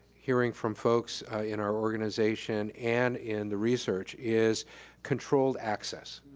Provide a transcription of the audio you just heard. hearing from folks in our organization and in the research is controlled access.